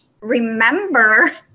remember